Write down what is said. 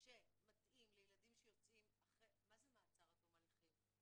שמתאים לילדים שיוצאים מה זה מעצר עד תום הליכים?